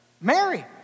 Mary